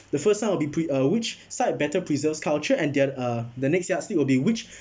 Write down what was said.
the first one will be pre~ uh which side a better preserves culture and their uh the next yardstick will be which